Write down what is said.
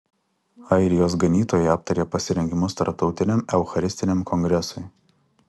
airijos ganytojai aptarė pasirengimus tarptautiniam eucharistiniam kongresui